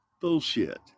Bullshit